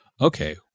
okay